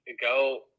go